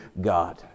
God